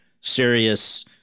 serious